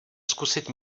zkusit